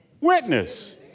Witness